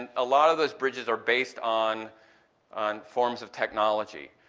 and a lot of those bridges are based on on forms of technology,